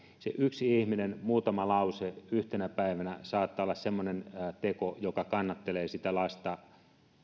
se yksi ihminen muutama lause yhtenä päivänä saattaa olla semmoinen teko joka kannattelee sitä lasta